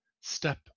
step